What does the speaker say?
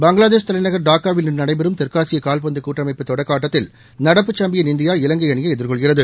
பங்களாதேஷ் தலைநகர் டாக்காவில் இன்று நடைபெறும் தெற்காசிய கால்பந்து கூட்டமைப்பு தொடக்க ஆட்டத்தில் நடப்பு சாம்பியன் இந்தியா இலங்கை அணியை எதிர்கொள்கிறது